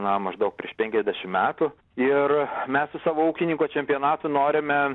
na maždaug prieš penkiasdešim metų ir mes su savo ūkininko čempionatu norime